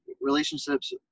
relationships